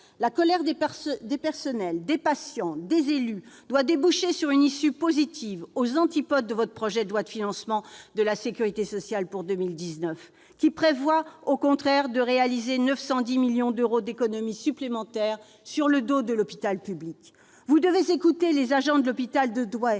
La colère des personnels, des patients, des élus doit déboucher sur une issue positive, aux antipodes de votre projet de loi de financement de la sécurité sociale pour 2019, qui prévoit, au contraire, de réaliser 910 millions d'euros d'économies supplémentaires sur le dos de l'hôpital public. Monsieur le secrétaire d'État, vous devez écouter les agents de l'hôpital de Douai,